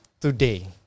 today